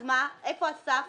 אז איפה יהיה הסף?